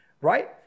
right